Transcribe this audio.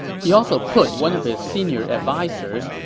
he also put one of his senior advisers,